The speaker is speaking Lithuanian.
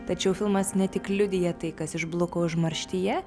tačiau filmas ne tik liudija tai kas išbluko užmarštyje